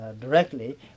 directly